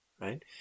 right